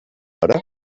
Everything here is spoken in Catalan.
hora